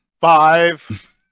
Five